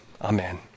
amen